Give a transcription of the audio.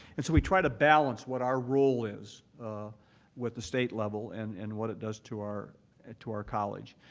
and so we try to balance what our role is with the state level and and what it does to our ah to our college.